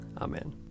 Amen